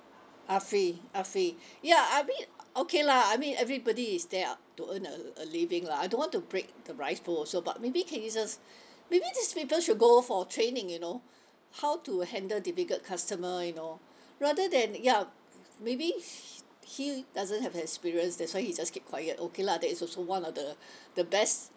afi afi ya I mean okay lah I mean everybody is there ah to earn a a living lah I don't to break the rice bowl also but maybe can you just maybe these people should go for training you know how to handle difficult customer you know rather than yup maybe he doesn't have experience that's why he just keep quiet okay lah that is also one of the the best